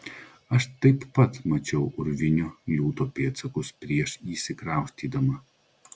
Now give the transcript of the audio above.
aš taip pat mačiau urvinio liūto pėdsakus prieš įsikraustydama